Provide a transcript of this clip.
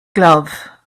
glove